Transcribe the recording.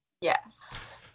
Yes